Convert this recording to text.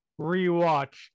rewatch